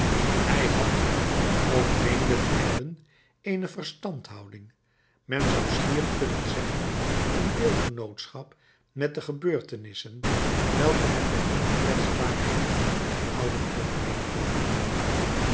hij had of meende te hebben eene verstandhouding men zou schier kunnen zeggen een deelgenootschap met de gebeurtenissen welke met de onkwetsbaarheid der ouden overeenkwam